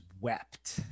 wept